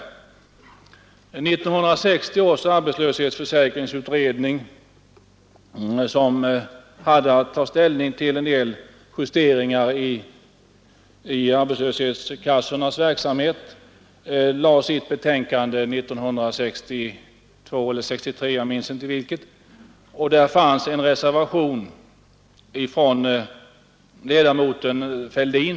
1960 års arbetslöshetsförsäkringsutredning som hade att ta ställning till en del justeringar i arbetslöshetskassornas verksamhet, lade fram sitt betänkande 1963 och innehöll då en reservation ifrån ledamoten herr Fälldin.